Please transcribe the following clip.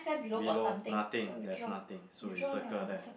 below nothing there's nothing so we circle there